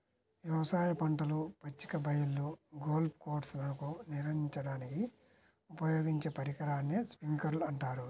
వ్యవసాయ పంటలు, పచ్చిక బయళ్ళు, గోల్ఫ్ కోర్స్లకు నీరందించడానికి ఉపయోగించే పరికరాన్ని స్ప్రింక్లర్ అంటారు